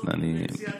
לעשות דיפרנציאציה.